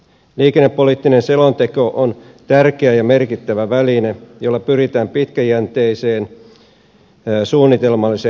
liikennepoliittinen selonteko on tärkeä ja merkittävä väline jolla pyritään pitkäjänteiseen suunnitelmalliseen toimintaan